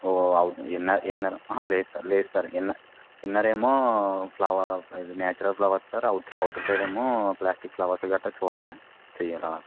ఓ అవును inner inner లేదు sir లేదు సార్ ఇన్నర్ ఇన్నర్ ఏమో ఫ్లవర్ అది natural flowers sir out outer side ఏమో ప్ల్యాస్టిక్ ఫ్లవర్స్ గట్టా చూడాలి చేయారా